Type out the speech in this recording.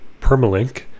permalink